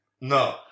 no